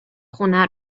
خونه